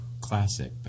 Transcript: classic